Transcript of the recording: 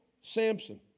Samson